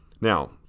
Now